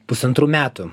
pusantrų metų